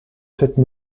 cette